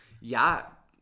Ja